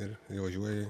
ir įvažiuoji